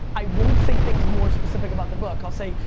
i won't say things more specific about the book. i'll say,